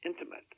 intimate